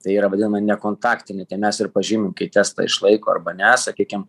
tai yra vadinami nekontaktiniai tai mes ir pažymim kai testą išlaiko arba ne sakykim